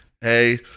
hey